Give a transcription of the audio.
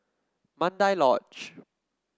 Mandai Lodge